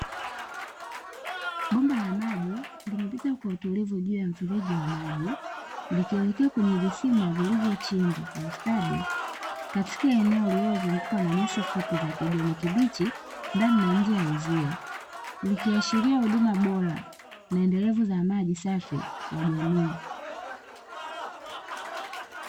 Bomba la maji limepita kwa utulivu katika mfereji wa maji likielekea kwenye visima vilivyochimbwa kwa ustadi katika eneo lilizungukwa na na nyasi fupi za kijani kibichi, ndani na nje ya uzio vikiashiria huduma bora na endelevu na maji safi ya jamii.